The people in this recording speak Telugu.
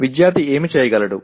విద్యార్థి ఏమి చేయగలడు